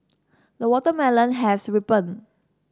the watermelon has ripened